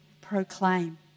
proclaim